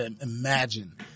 imagine